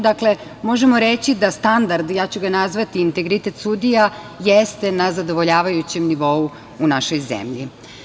Dakle, možemo reći da standard, ja ću ga nazvati integritet sudija jeste na zadovoljavajućem nivou u našoj zemlji.